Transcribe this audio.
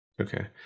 okay